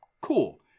Cool